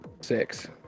Six